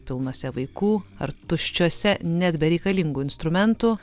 pilnuose vaikų ar tuščiuose net be reikalingų instrumentų